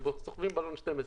הם סוחבים בלון 12,